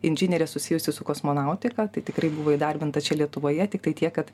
inžinierė susijusi su kosmonautika tai tikrai buvo įdarbinta čia lietuvoje tiktai tiek kad